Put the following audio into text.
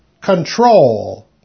control